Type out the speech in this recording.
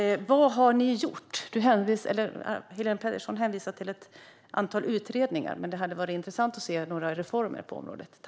Vad har ni gjort? Helén Pettersson hänvisade till ett antal utredningar, men det hade varit intressant att se några reformer på området.